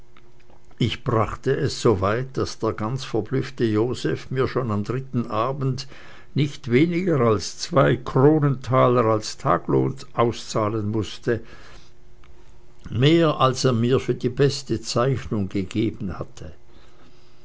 ich brachte es so weit daß der ganz verblüffte joseph mir schon am dritten abend nicht weniger als zwei kronentaler als tagelohn auszahlen mußte mehr als er mir für die beste zeichnung gegeben hatte